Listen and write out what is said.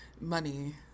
money